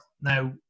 Now